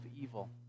evil